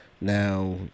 Now